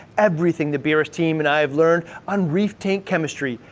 everything the brs team and i have learned on reef tank chemistry,